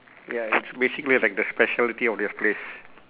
ya it's basically like the speciality of this place